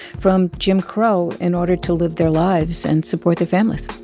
from jim crow in order to live their lives and support their families